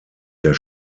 der